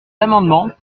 amendement